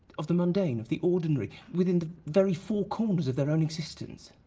of the mundane, of the ordinary, within the very four corners of their own existence.